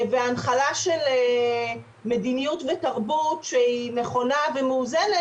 בהנחלה של מדיניות ותרבות שהיא נכונה ומאוזנת,